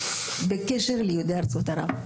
בקשר ליהודי ארצות ערב.